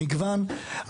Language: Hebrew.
מגוון,